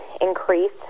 increase